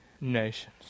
nations